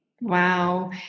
Wow